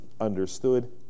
understood